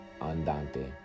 Andante